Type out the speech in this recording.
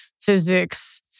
physics